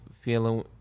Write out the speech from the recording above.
feeling